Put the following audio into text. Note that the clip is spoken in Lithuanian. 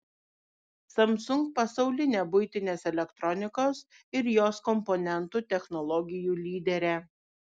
samsung pasaulinė buitinės elektronikos ir jos komponentų technologijų lyderė